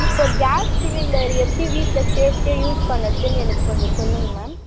இப்போது gas cylinder எப்படி வீட்டில் சேஃப்டியாக யூஸ் பண்றதுன்னு எனக்கு கொஞ்சம் சொல்லுங்கள் மேம்